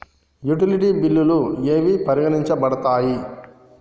Utility బిల్లులు ఏవి పరిగణించబడతాయి?